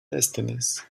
destinies